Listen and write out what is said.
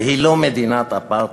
והיא לא מדינת אפרטהייד,